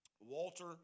Walter